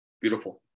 beautiful